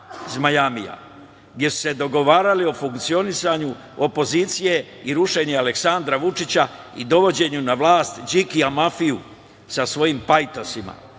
gde su se dogovarali o funkcionisanju opozicije i rušenju Aleksandra Vučića i dovođenju na vlast Đikija mafije sa svojim pajtosima.